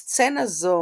סצנה זו